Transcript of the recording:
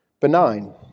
Benign